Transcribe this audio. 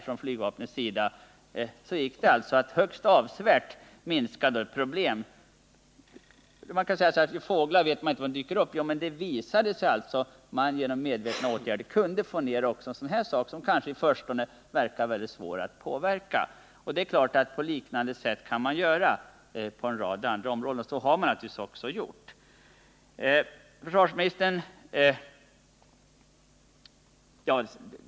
På det sättet har det gått att högst avsevärt minska det här problemet. Man kunde ha sagt att man aldrig vet var fåglar kan dyka upp, men det-.har alltså visat sig att man genom medvetna åtgärder kunnat få ned antalet sådana olyckor, som i förstone verkar svåra att påverka. På liknande sätt kan man göra när det gäller en rad andra faktorer, och så har man naturligtvis också gjort.